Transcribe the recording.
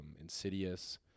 Insidious